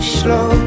slow